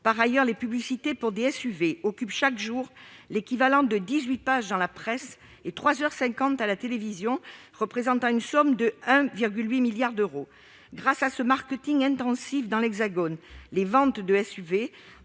Par ailleurs, les publicités pour des SUV occupent chaque jour l'équivalent de dix-huit pages dans la presse et trois heures cinquante à la télévision, représentant une somme de 1,8 milliard d'euros. Grâce à ce marketing intensif dans l'hexagone, les ventes de SUV